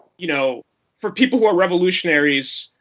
you know for people who are revolutionaries,